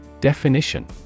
Definition